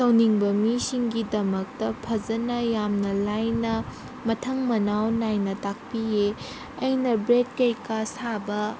ꯇꯧꯅꯤꯡꯕ ꯃꯤꯁꯤꯡꯒꯤꯗꯃꯛꯇ ꯐꯖꯅ ꯌꯥꯝꯅ ꯂꯥꯏꯅ ꯃꯊꯪ ꯃꯅꯥꯎ ꯅꯥꯏꯅ ꯇꯥꯛꯄꯤꯌꯦ ꯑꯩꯅ ꯕ꯭ꯔꯦꯠ ꯀꯩꯀꯥ ꯁꯥꯕ